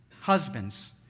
husbands